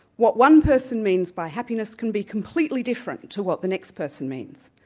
what one person means by happiness can be completely different to what the next person means.